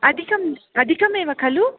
अधिकं अधिकम् एव खलु